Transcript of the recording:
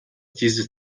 dieses